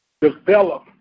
develop